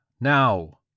now